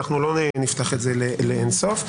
אנחנו לא נפתח את זה לאין סוף.